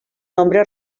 nombre